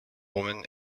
woman